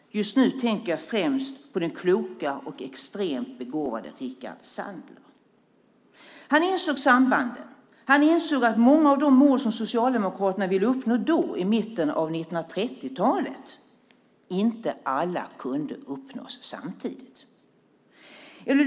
Just nu tänker jag främst på den kloke och extremt begåvade Rickard Sandler. Han insåg sambanden. Han insåg att många av de mål som Socialdemokraterna ville uppnå då, i mitten av 1930-talet, inte alla kunde uppnås samtidigt.